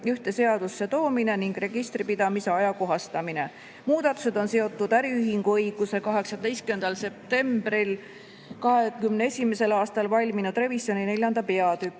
ühte seadusesse toomine ning registripidamise ajakohastamine. Muudatused on seotud äriühinguõiguse 18. septembril 2021. aastal valminud revisjoni neljanda